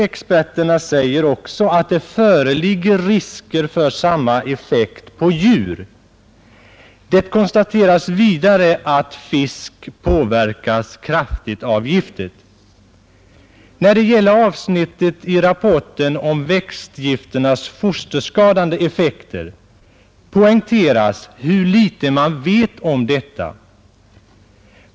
Experterna säger också att det föreligger risker för samma effekt på djur. Det konstateras vidare att fisk påverkas kraftigt av giftet. I avsnittet om växtgifternas fosterskadande effekter poängteras hur litet man vet om dessa.